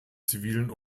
zivilen